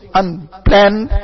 unplanned